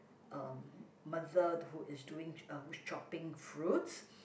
um mother who is doing uh who's chopping fruits